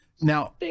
Now